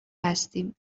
هستیم